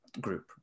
group